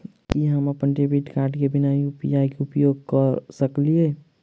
की हम अप्पन debit card केँ बिना यु.पी.आई केँ उपयोग करऽ सकलिये?